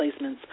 placements